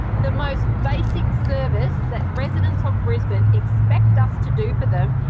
the most basic service that residents of brisbane expect us to do for them,